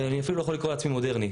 אני אפילו לא יכול לקרוא לעצמי מודרני.